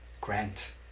Grant